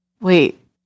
wait